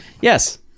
Yes